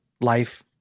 life